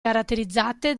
caratterizzate